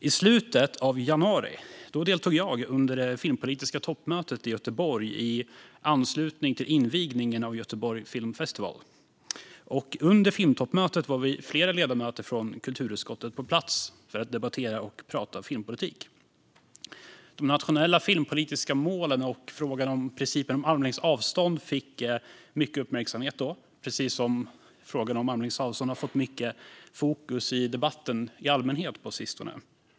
I slutet av januari deltog jag vid det filmpolitiska toppmötet i Göteborg i anslutning till invigningen av Göteborg Film Festival. Under filmtoppmötet var vi flera ledamöter från kulturutskottet som var på plats för att debattera och prata filmpolitik. De nationella filmpolitiska målen och frågan om principen om armlängds avstånd fick mycket uppmärksamhet. Frågan om armlängds avstånd har ju fått mycket fokus i debatten i allmänhet på sistone.